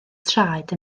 traed